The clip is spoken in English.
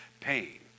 pain